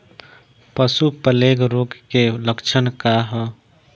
पशु प्लेग रोग के लक्षण का ह?